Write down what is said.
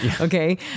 Okay